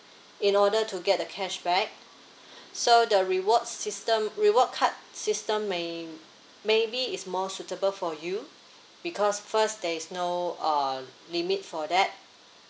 in order to get the cashback so the reward system reward card system may maybe is more suitable for you because first there is no uh limit for that